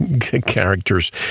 characters